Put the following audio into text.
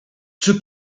czy